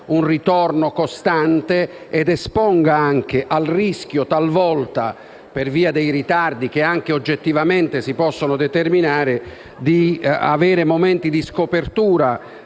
un ritorno costante ed esponga anche al rischio talvolta, per via dei ritardi che anche oggettivamente si possono determinare, di avere momenti di scopertura